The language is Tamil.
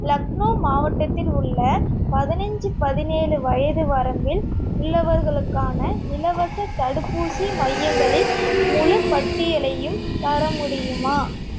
லக்னோ மாவட்டத்தில் உள்ள பதினஞ்சு பதினேழு வயது வரம்பில் உள்ளவர்களுக்கான இலவச தடுப்பூசி மையங்களின் முழுப்பட்டியலையும் தர முடியுமா